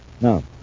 Now